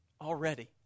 Already